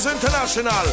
international